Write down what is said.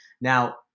Now